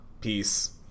peace